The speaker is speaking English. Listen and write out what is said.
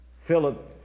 Philip